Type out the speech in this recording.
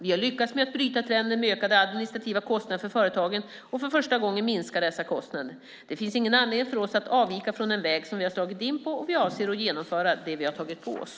Vi har lyckats med att bryta trenden med ökande administrativa kostnader för företagen, och för första gången minskar dessa kostnader. Det finns ingen anledning för oss att avvika från den väg vi slagit in på, och vi avser att genomföra det vi har tagit på oss.